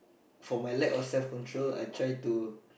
for my lack of self control I try to